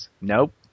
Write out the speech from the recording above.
Nope